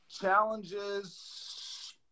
Challenges